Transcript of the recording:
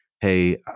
Hey